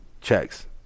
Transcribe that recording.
checks